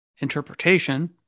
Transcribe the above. interpretation